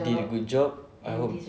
did a good job I hope